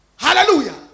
Hallelujah